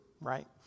right